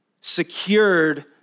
secured